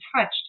touched